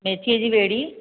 मेथीअ जी वेड़ी